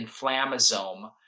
inflammasome